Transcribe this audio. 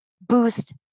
boost